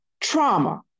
trauma